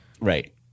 Right